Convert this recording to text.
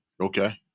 Okay